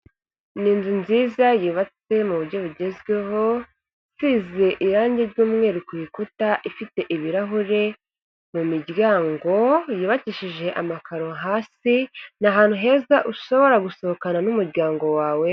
Ni inzu nziza yubatse mu buryo bugezweho Isize irangi ry'umweru kunkuta ifite ibirahuri mu miryango yubakishije amakaro hasi ni ahantu heza ushobora gusohokana n'umuryango wawe.